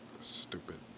Stupid